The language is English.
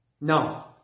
No